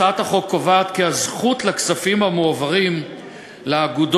הצעת החוק קובעת כי הזכות לכספים המועברים לאגודות